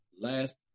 last